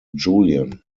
julian